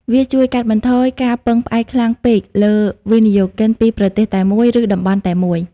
វាជួយកាត់បន្ថយការពឹងផ្អែកខ្លាំងពេកលើវិនិយោគិនពីប្រទេសតែមួយ ឬតំបន់តែមួយ។